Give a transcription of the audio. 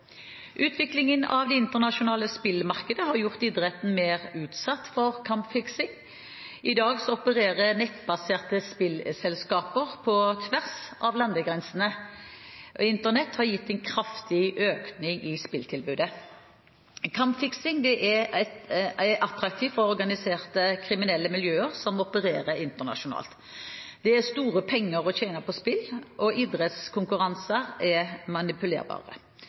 Utviklingen av det internasjonale spillmarkedet har gjort idretten mer utsatt for kampfiksing. I dag opererer nettbaserte spillselskaper på tvers av landegrensene. Internett har gitt en kraftig økning i spilltilbudet. Kampfiksing er attraktivt for organiserte kriminelle miljøer som opererer internasjonalt. Det er store penger å tjene på spill, og idrettskonkurranser er manipulerbare.